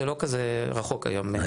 זה לא כזה רחוק היום,